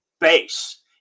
base